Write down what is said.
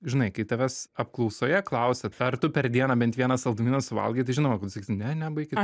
žinai kai tavęs apklausoje klausia ar tu per dieną bent vieną saldumyną suvalgai tai žinokit ne ne baikit